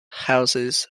houses